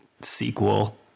sequel